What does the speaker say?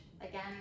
again